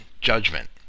judgment